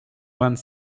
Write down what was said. vingt